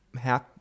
half